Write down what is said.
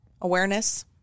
awareness